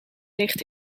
ligt